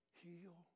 heal